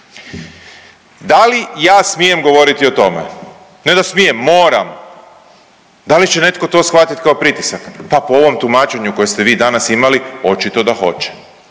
Da li ja smijem govoriti o tome, ne da smijem, moram. Da li će netko to shvatit kao pritisak, pa ovom tumačenju koje ste vi danas imali očito da hoće,